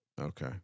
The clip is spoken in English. Okay